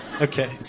okay